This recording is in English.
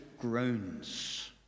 groans